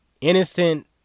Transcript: Innocent